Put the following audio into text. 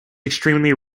extremely